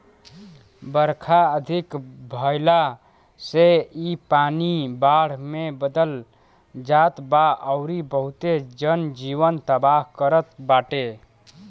बरखा अधिका भयला से इ पानी बाढ़ में बदल जात बा अउरी बहुते जन जीवन तबाह करत बाटे